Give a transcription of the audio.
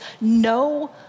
no